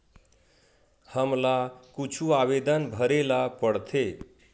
हमला कुछु आवेदन भरेला पढ़थे?